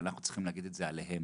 אלא אנחנו צריכים להגיד את זה עליהם,